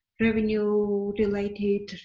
Revenue-related